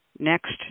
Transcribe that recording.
next